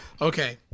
Okay